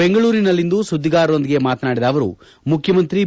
ಬೆಂಗಳೂರಿನಲ್ಲಿಂದು ಸುದ್ದಿಗಾರರೊಂದಿಗೆ ಮಾತನಾಡಿದ ಅವರು ಮುಖ್ಯಮಂತ್ರಿ ಬಿ